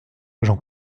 j’en